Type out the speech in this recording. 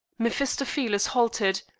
mephistopheles halted,